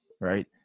right